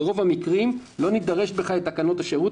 ברוב המקרים לא נידרש בכלל לתקנות השירות